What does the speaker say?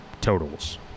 totals